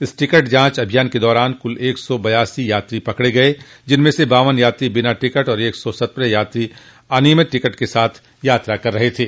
इस टिकट जांच अभियान के दौरान कल एक सौ बयासी यात्री पकड़े गये जिसमें से बावन यात्री बिना टिकट एवं एक सौ सत्रह यात्री अनियमित टिकट के साथ यात्रा कर रहे थे